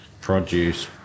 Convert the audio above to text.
produce